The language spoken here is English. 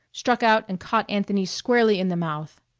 struck out and caught anthony squarely in the mouth.